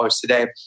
today